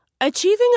Achieving